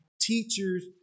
teachers